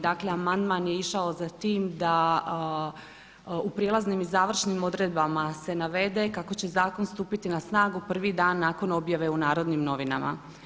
Dakle amandman je išao za tim da u prijelaznim i završnim odredbama se navede kako će zakon stupiti na snagu prvi dan nakon objave u Narodnim novinama.